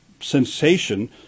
sensation